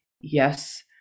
yes